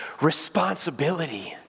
responsibility